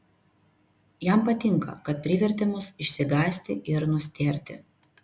jam patinka kad privertė mus išsigąsti ir nustėrti